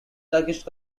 turkish